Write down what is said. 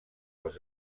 els